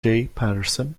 patterson